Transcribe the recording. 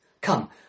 Come